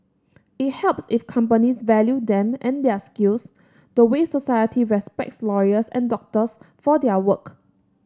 it helps if companies value them and their skills the way society respects lawyers and doctors for their work